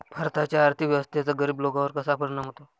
भारताच्या आर्थिक व्यवस्थेचा गरीब लोकांवर कसा परिणाम होतो?